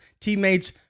teammates